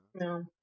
No